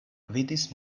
gvidis